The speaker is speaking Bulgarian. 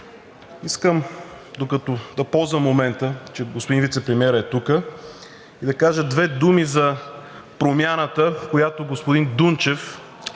Искам да използвам момента, че господин вицепремиерът е тук, и да кажа две думи за промяната, която господин Дунчев